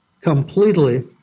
completely